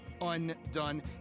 Undone